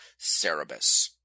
Cerebus